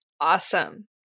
Awesome